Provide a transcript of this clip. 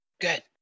Good